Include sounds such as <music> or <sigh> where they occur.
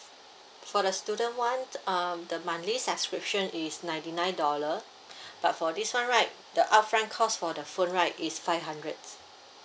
for the student one um the monthly subscription is ninety nine dollar <breath> but for this one right the upfront cost for the phone right is five hundred